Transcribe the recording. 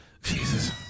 Jesus